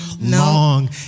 long